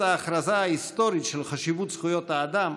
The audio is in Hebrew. ההכרזה ההיסטורית של חשיבות זכויות האדם,